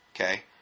Okay